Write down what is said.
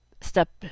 step